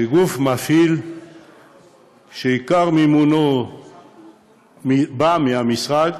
שגוף מפעיל שעיקר מימונו בא מהמשרד,